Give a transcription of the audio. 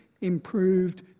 improved